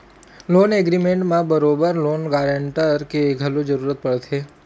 loan agreement म बरोबर loan guarantor के घलो जरुरत पड़थे